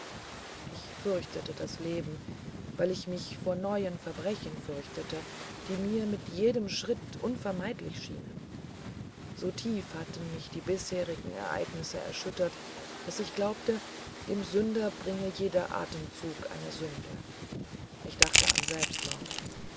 ich fürchtete das leben weil ich mich vor neuen verbrechen fürchtete die mir mit jedem schritt unvermeidlich schienen so tief hatten mich die bisherigen ereignisse erschüttert daß ich glaubte dem sünder bringe jeder atemzug eine sünde ich dachte an selbstmord